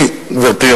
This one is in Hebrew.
גברתי,